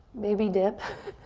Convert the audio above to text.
maybe dip